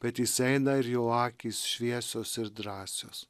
bet jis eina ir jo akys šviesios ir drąsios